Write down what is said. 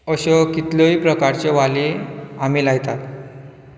अश्यो कितल्योय प्रकाराच्यो वाली आमी लायतात